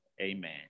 Amen